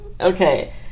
Okay